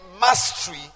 mastery